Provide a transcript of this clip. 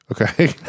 Okay